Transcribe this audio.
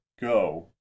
go